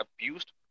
abused